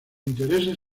intereses